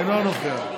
אינו נוכח,